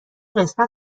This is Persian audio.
قسمت